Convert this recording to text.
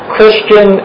Christian